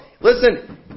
listen